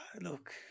Look